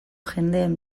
jendeen